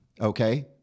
okay